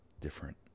different